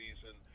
season